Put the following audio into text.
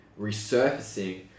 resurfacing